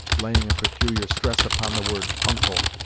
laying a peculiar stress upon the word uncle.